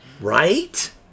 right